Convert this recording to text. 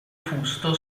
fusto